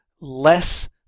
less